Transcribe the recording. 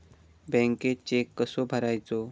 बँकेत चेक कसो भरायचो?